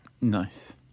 Nice